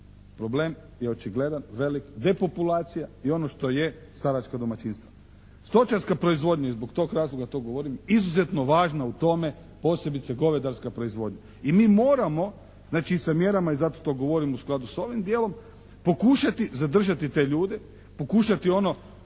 Problem je očigledan, velik, depopulacija i ono što je staračka domaćinstva. Stočarska proizvodnja je, zbog tog razloga to govorim, izuzetno važna u tome posebice govedarska proizvodnja. I mi moramo znači i sa mjerama i zato to govorim u skladu s ovim dijelom pokušati zadržati te ljude, pokušati ono